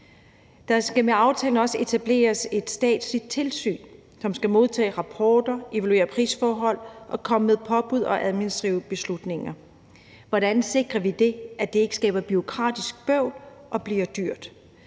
Der skal med aftalen også etableres et statsligt tilsyn, som skal modtage rapporter, evaluere prisforhold og komme med påbud og administrative beslutninger. Hvordan sikrer vi, at det ikke skaber bureaukratisk bøvl og bliver dyrt?